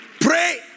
Pray